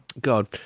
God